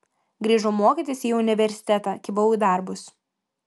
grįžau mokytis į universitetą kibau į darbus